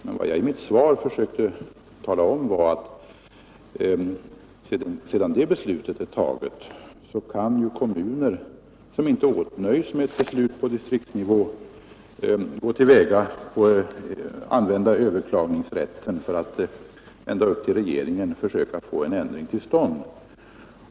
Men vad jag i mitt svar försökte tala om var att sedan det beslutet är taget kan kommuner som inte åtnöjs med ett beslut på distriktsnivå använda överklagningsrätten ända upp till regeringen för att försöka få en ändring till stånd.